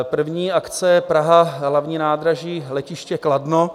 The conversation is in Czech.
První akce je Praha hlavní nádraží letiště Kladno.